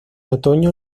otoño